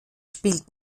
spielt